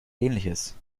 ähnliches